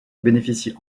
bénéficie